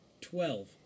Twelve